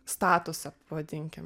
statusą vadinkim